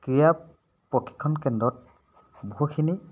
ক্ৰীড়া প্ৰশিক্ষণ কেন্দ্ৰত বহুখিনি